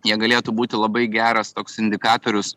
jie galėtų būti labai geras toks indikatorius